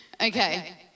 Okay